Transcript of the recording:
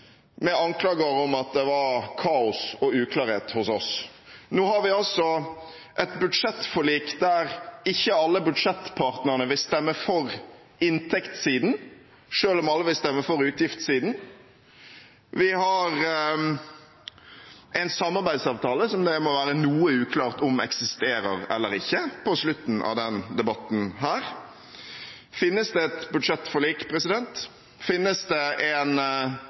med anklager om at det var kaos og uklarhet hos oss. Nå har vi et budsjettforlik der ikke alle budsjettpartnerne vil stemme for inntektssiden, selv om alle vil stemme for utgiftssiden. Vi har en samarbeidsavtale, som det må være noe uklart om eksisterer eller ikke, på slutten av denne debatten. Finnes det et budsjettforlik? Finnes det en